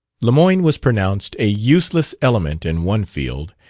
lemoyne was pronounced a useless element in one field,